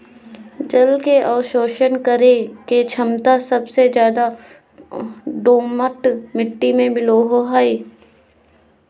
जल के अवशोषण करे के छमता सबसे ज्यादे दोमट मिट्टी में मिलय हई